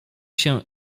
się